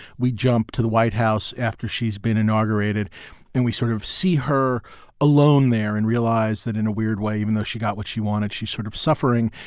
we jump to the white house after she's been inaugurated and we sort of see her alone there and realize that in a weird way, even though she got what she wanted, she sort of suffering.